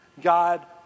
God